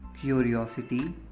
curiosity